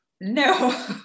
No